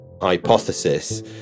hypothesis